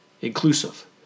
Inclusive